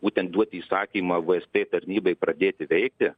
būtent duoti įsakymą vst tarnybai pradėti veikti